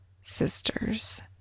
sisters